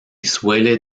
suele